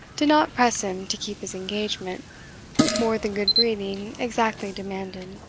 did not press him to keep his engagement more than good-breeding exactly demanded.